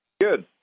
Good